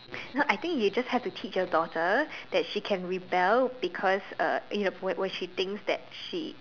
no I think you just have to teach your daughter that she can rebel because uh you know when when she thinks that she